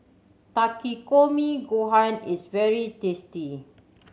Takikomi Gohan is very tasty